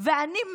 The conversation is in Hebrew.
ואני,